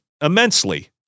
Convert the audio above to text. immensely